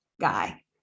guy